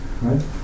Right